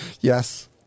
Yes